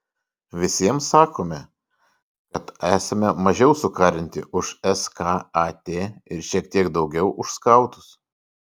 visiems sakome kad esame mažiau sukarinti už skat ir šiek tiek daugiau už skautus